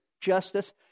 justice